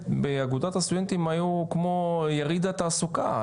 באגודת הסטודנטים היו כמו יריד התעסוקה.